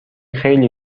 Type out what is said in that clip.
خیلی